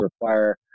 require